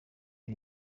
iri